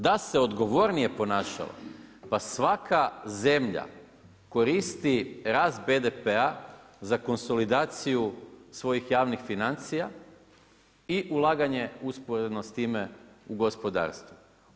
Da se odgovornije ponašalo pa svaka zemlja koristi rast BDP-a za konsolidaciju svojih javnih financija i laganje usporedno s time, u gospodarstvo.